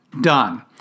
done